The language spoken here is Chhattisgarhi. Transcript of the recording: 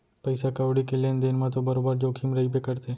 पइसा कउड़ी के लेन देन म तो बरोबर जोखिम रइबे करथे